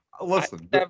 listen